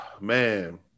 man